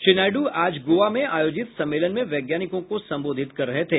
श्री नायडू आज गोवा में आयोजित सम्मेलन में वैज्ञानिकों को संबोधित कर रहे थे